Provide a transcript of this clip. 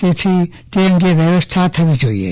તેમ તે અંગે વ્યવસ્થા થવી જોઈએ